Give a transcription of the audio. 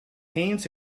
haynes